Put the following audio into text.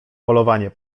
polowanie